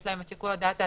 יש להם שיקול דעת עצמאי.